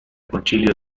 concilio